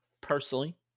personally